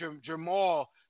jamal